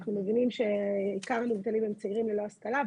אנחנו מבינים שעיקר המובטלים הם צעירים ללא השכלה.